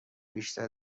بیشتر